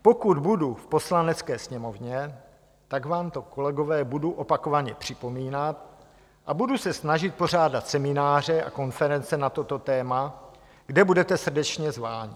Pokud budu v Poslanecké sněmovně, tak vám to, kolegové, budu opakovaně připomínat a budu se snažit pořádat semináře a konference na toto téma, kde budete srdečně zváni.